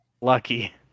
lucky